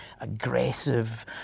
aggressive